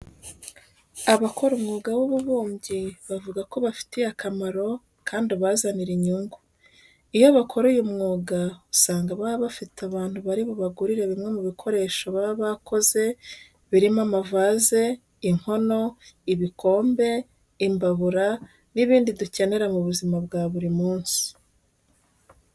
Abakora umwuga w'ububumbyi bavuga ko ubafitiye akamaro, kandi ubazanira inyungu. Iyo bakora uyu mwuga usanga baba bafite abantu bari bubagurire bimwe mu bikoresho baba bakoze birimo amavaze, inkono, ibikombe, imbabura n'ibindi dukenera mu buzima bwa buri munsi.